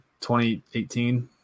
2018